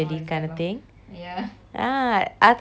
ah அதும்:athum nice lah it's just that you know